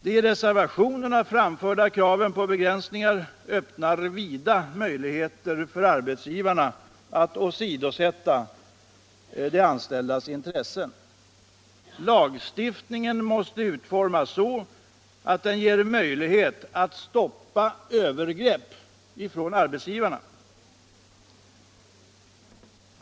De i reservationerna framförda kraven på begränsningar öppnar vida möjligheter för arbetsgivarna att åsidosätta de anställdas intressen. Lagstiftningen måste utformas så att den ger möjlighet att stoppa övergrepp från arbetsgivarna.